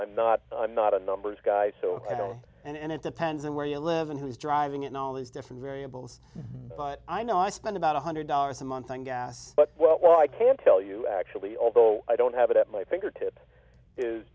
i'm not i'm not a numbers guy so i don't know and it depends on where you live and who's driving in all these different variables but i know i spend about one hundred dollars a month on gas but well i can tell you actually although i don't have it at my fingertips is